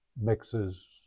mixes